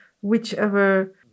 whichever